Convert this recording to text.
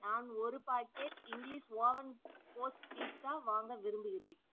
நான் ஒரு packet English oven Bose pizza வாங்க விரும்புகிறேன்